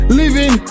living